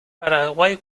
paraguay